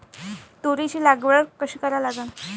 तुरीची लागवड कशी करा लागन?